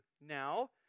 Now